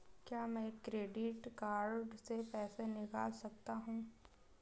क्या मैं credit card से पैसे निकाल सकता हूँ?